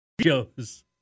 shows